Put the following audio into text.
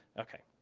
okay.